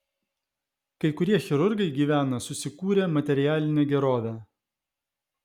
kai kurie chirurgai gyvena susikūrę materialinę gerovę